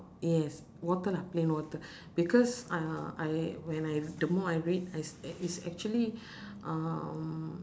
yes water lah plain water because I I when I the more I read I it's it's actually um